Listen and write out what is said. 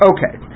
Okay